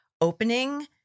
opening